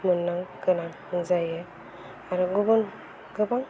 मोननांगौ गोनां जायो आरो गुबुन गोबां